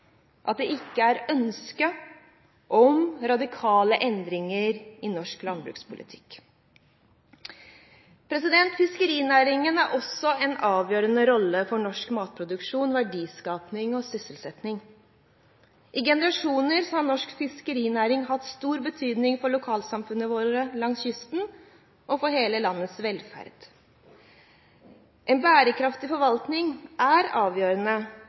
at det ikke er ønske om radikale endringer i norsk landbrukspolitikk. Fiskerinæringen har også en avgjørende rolle for norsk matproduksjon, verdiskaping og sysselsetting. I generasjoner har norsk fiskerinæring hatt stor betydning for lokalsamfunnene våre langs kysten og for hele landets velferd. En bærekraftig forvaltning er avgjørende